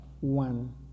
one